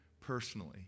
personally